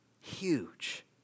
huge